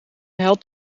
held